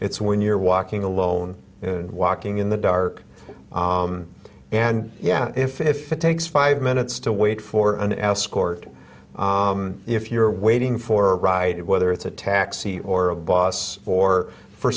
it's when you're walking alone and walking in the dark and yet if it takes five minutes to wait for an escort if you're waiting for a ride whether it's a taxi or a bus or for